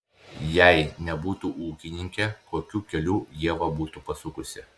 jei nebūtų ūkininkė kokiu keliu ieva būtų pasukusi